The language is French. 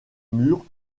mur